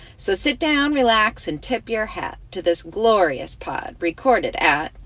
so sit down, relax and tip your hat to this glorious pod recorded at.